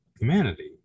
humanity